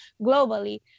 globally